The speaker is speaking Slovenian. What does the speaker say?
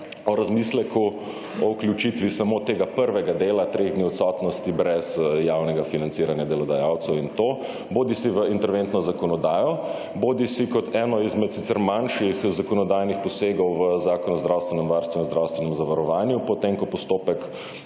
o razmisleku o vključitvi samo tega prvega dela 3 dni odsotnosti brez javnega financiranja delodajalcev in to, bodisi v interventno zakonodajo, bodisi kot eno izmed sicer manjših zakonodajnih posegov v zakon o zdravstvenem varstvu in zdravstvenem zavarovanju potem ko postopek